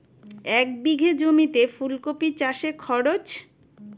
এক বিঘে জমিতে ফুলকপি চাষে খরচ?